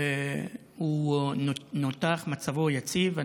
זה כמו פיז'ה, כמו הזה, אתה לא יודע?